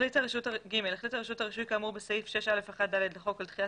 החליטה רשות הרישוי כאמור בסעיף 6א1(ד) לחוק על דחיית